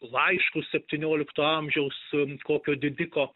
laiškus septyniolikto amžiaus kokio didiko